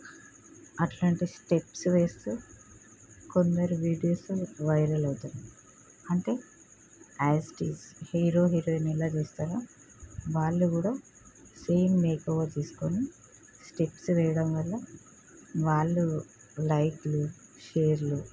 అట్లాంటి స్టెప్స్ వేస్తూ కొందరు వీడియోస్ వైరల్ అవుతున్నాయి అంటే as it is hero heroine ఎలా చేస్తారో వాళ్ళు కూడా సేమ్ మేకొవర్ చేసుకొని స్టెప్స్ వేయడం వల్ల వాళ్ళు లైక్లు షేర్లు